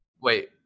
wait